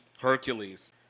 Hercules